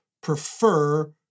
prefer